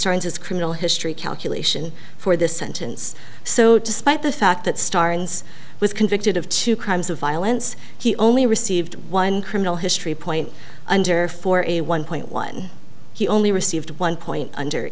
start his criminal history calculation for the sentence so despite the fact that starr ends with convicted of two crimes of violence he only received one criminal history point under for a one point one he only received one point under